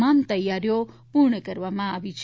તમામ તૈયારીઓ પુર્ણ કરવામાં આવી છે